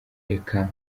reka